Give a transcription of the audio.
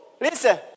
listen